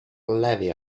levy